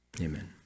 Amen